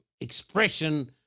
expression